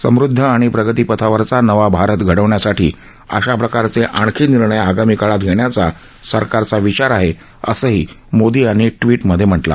समृद्ध आणि प्रगतिपथावरचा नवा भारत घडवण्यासाठी अशाप्रकारचे आणखी निर्णय आगामी काळात घेण्याचा सरकारचा विचार आहे असंही मोदी यांनी ट्विटमध्ये म्हटलं आहे